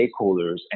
stakeholders